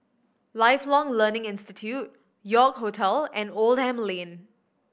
Lifelong Learning Institute York Hotel and Oldham Lane